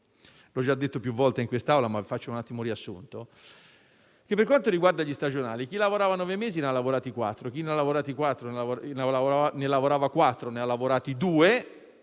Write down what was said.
l'ho già detto più volte in quest'Aula - che, per quanto riguarda gli stagionali, chi lavorava nove mesi ne ha lavorati quattro, chi ne lavorava quattro ne ha lavorati due